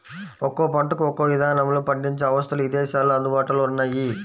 ఒక్కో పంటకు ఒక్కో ఇదానంలో పండించే అవస్థలు ఇదేశాల్లో అందుబాటులో ఉన్నయ్యి